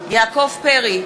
יעקב פרי,